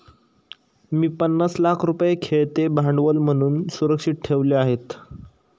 मी पन्नास लाख रुपये खेळते भांडवल म्हणून सुरक्षित ठेवले आहेत